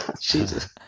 Jesus